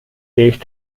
dich